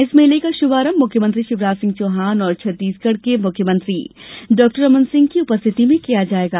इस मेले का शुभारंभ मुख्यमंत्री शिवराज सिंह चौहान एवं छत्तीसगढ़ के मुख्यमंत्री डॉ रमन सिंह की उपस्थिति में किया जाएगा